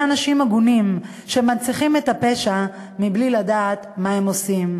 אנשים הגונים שמנציחים את הפשע מבלי לדעת מה הם עושים".